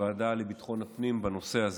הוועדה לביטחון הפנים בנושא הזה.